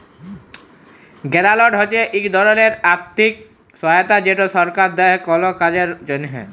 গেরালট হছে ইক ধরলের আথ্থিক সহায়তা যেট সরকার দেই কল কাজের জ্যনহে